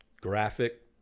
graphic